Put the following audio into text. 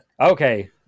Okay